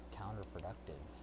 counterproductive